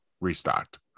restocked